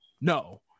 no